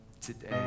Today